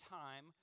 time